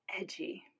edgy